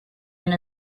and